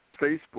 Facebook